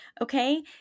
okay